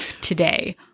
today